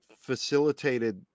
facilitated